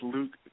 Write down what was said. Luke